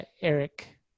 Eric